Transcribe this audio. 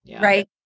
right